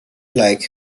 like